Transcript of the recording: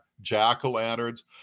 jack-o-lanterns